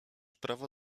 prawo